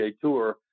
tour